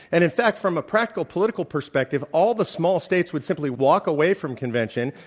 and in fact, from a practical political perspective, all the small states would simply walk away from convention,